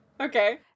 okay